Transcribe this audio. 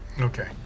Okay